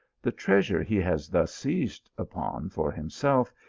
the treasure he has thus seized upon for himself,